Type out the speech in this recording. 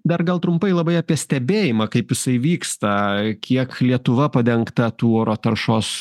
dar gal trumpai labai apie stebėjimą kaip jisai vyksta kiek lietuva padengta tų oro taršos